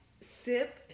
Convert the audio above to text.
sip